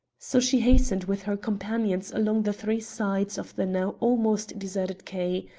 so she hastened with her companions along the three sides of the now almost deserted quay,